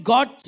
God